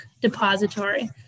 Depository